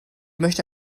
möchte